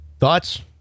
Thoughts